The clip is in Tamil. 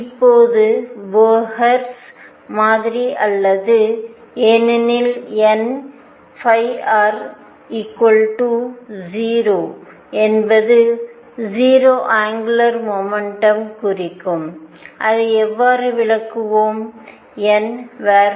இப்போது போர் மாதிரி அல்லது ஏனெனில் n 0 என்பது 0 அங்குலார் மொமெண்டமை குறிக்கும் அதை எவ்வாறு விளக்கலாம்